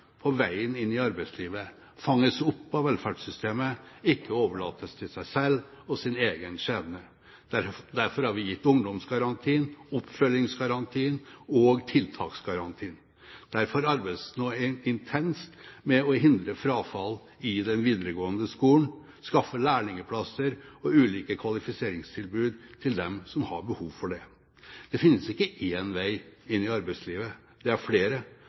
på veien inn i arbeidslivet, fanges opp av velferdssystemet og ikke overlates til seg selv og sin egen skjebne. Derfor har vi gitt ungdomsgarantien, oppfølgingsgarantien og tiltaksgarantien. Derfor arbeides det nå intenst med å hindre frafall i den videregående skolen og skaffe lærlingplasser og ulike kvalifiseringstilbud til dem som har behov for det. Det finnes ikke én vei inn i arbeidslivet, det er flere,